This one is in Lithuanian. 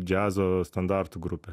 džiazo standartų grupė